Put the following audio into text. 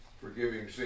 forgiving